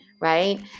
right